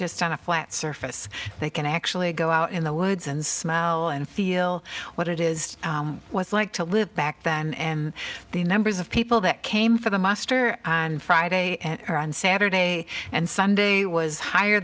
just on a flat surface they can actually go out in the woods and smell and feel what it is was like to live back then and the numbers of people that came for the muster and friday and saturday and sunday was higher